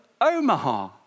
Omaha